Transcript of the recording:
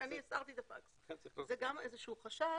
זה איזשהו חשש.